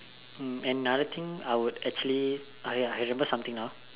um another thing I would actually uh ya I remember something now